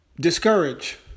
discourage